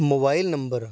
mobile number